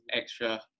extra